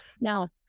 now